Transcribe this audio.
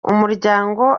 umuryango